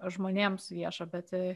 žmonėms viešą bet